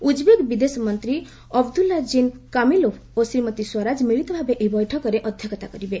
Uzbek ବିଦେଶମନ୍ତ୍ରୀ Abdulaziz Kamilov ଓ ଶ୍ରୀମତୀ ସ୍ପରାଜ ମିଳିତ ଭାବେ ଏହି ବୈଠକରେ ଅଧ୍ୟକ୍ଷତା କରିବେ